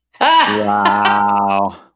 Wow